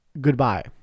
goodbye